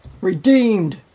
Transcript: Redeemed